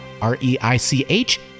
R-E-I-C-H